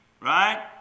Right